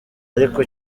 ariko